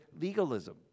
legalism